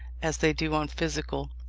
as they do on physical,